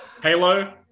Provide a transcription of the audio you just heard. Halo